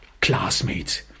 classmates